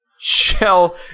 Shell